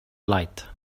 light